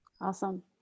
awesome